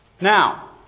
Now